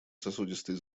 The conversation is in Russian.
сосудистые